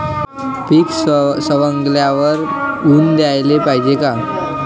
पीक सवंगल्यावर ऊन द्याले पायजे का?